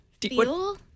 Fuel